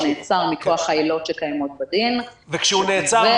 הוא נעצר מכוח העילות שקיימות בדין --- כשהוא נעצר,